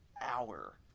hour